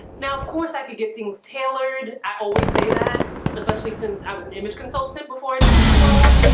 now, of course, i could get things tailored at all we say that especially since i was an image consultant before i did this blog,